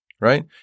Right